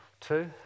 two